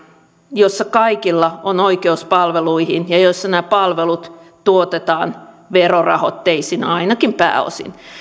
jossa kaikilla on oikeus palveluihin ja jossa nämä palvelut tuotetaan verorahoitteisina ainakin pääosin